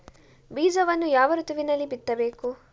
ಬೀಜವನ್ನು ಯಾವ ಋತುವಿನಲ್ಲಿ ಬಿತ್ತಬೇಕು?